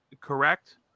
correct